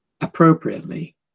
appropriately